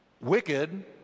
wicked